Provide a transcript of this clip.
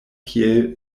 kiel